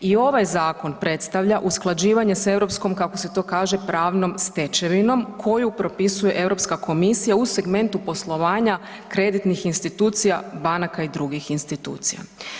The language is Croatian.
I ovaj zakon predstavlja usklađivanje sa europskom, kako se to kaže, pravnom stečevinom koju propisuje Europska komisija u segmentu poslovanja kreditnih institucija, banaka i drugih institucija.